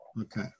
Okay